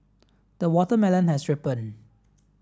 the watermelon has ripen